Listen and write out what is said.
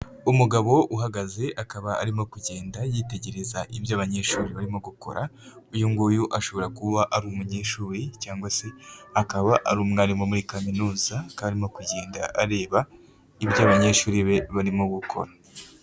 Umugabo uhagaze akaba arimo kugenda yitegereza ibyo abanyeshuri barimo gukora, uyu nguyu ashobora kuba ari umunyeshuri cyangwa se akaba ari umwarimu muri kaminuza, akaba arimo kugenda areba ibyo abanyeshuri be barimo gukora.